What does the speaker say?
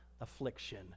affliction